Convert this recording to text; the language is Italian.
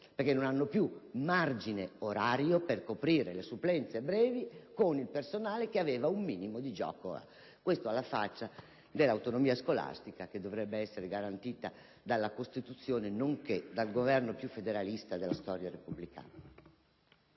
che non c'è più margine orario per coprire le supplenze brevi con il personale, che prima aveva un minimo di "gioco". Alla faccia dell'autonomia scolastica, che dovrebbe essere garantita dalla Costituzione, nonché dal Governo più federalista della storia repubblicana!